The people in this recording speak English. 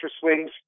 swings